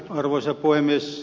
arvoisa puhemies